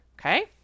okay